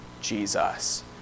Jesus